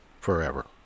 forever